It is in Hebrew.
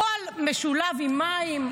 חול משולב עם מים,